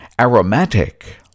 Aromatic